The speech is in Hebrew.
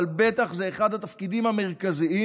אבל בטח זה אחד התפקידים המרכזיים,